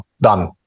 done